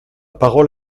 parole